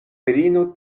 virino